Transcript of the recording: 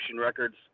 records